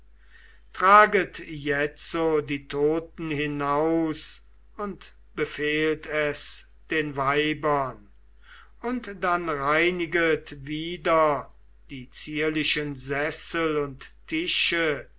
traget jetzo die toten hinaus und befehlt es den weibern und dann reiniget wieder die zierlichen sessel und tische